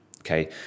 Okay